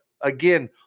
again